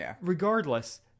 regardless